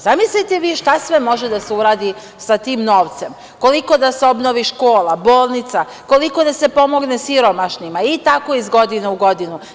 Zamislite vi šta sve može da se uradi sa tim novcem, koliko da se obnovi škola, bolnica, koliko da se pomogne siromašnima i tako iz godinu u godinu.